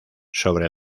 sobre